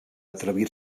atrevir